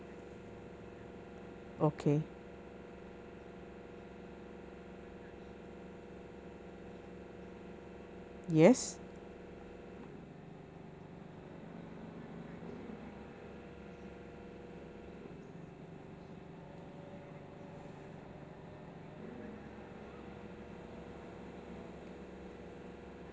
okay yes